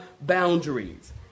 boundaries